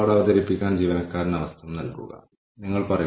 അവർ എന്തുമായാണ് വരുന്നതെന്ന് നമ്മൾ കണ്ടെത്തുന്നു